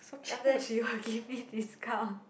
then after that she would give me discount